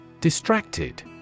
Distracted